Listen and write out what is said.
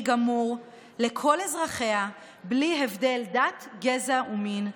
גמור לכל אזרחיה בלי הבדל דת גזע ומין,